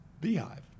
beehive